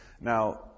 Now